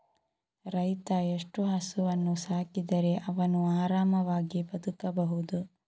ರೈತ ಎಷ್ಟು ಹಸುವನ್ನು ಸಾಕಿದರೆ ಅವನು ಆರಾಮವಾಗಿ ಬದುಕಬಹುದು?